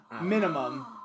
Minimum